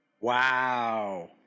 Wow